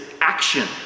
action